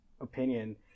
opinion